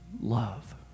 love